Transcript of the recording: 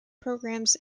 programs